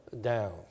down